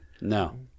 No